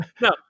No